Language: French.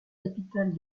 capitale